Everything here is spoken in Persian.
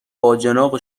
باجناق